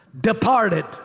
departed